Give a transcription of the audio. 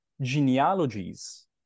genealogies